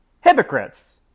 Hypocrites